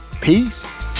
peace